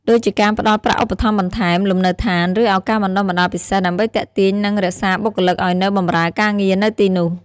ដូចជាការផ្តល់ប្រាក់ឧបត្ថម្ភបន្ថែម លំនៅឋាន ឬឱកាសបណ្តុះបណ្តាលពិសេស ដើម្បីទាក់ទាញ និងរក្សាបុគ្គលិកឱ្យនៅបម្រើការងារនៅទីនោះ។